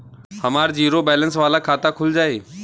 हमार zero balance वाला खाता खुल जाई?